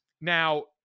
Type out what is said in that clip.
Now